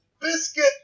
Biscuit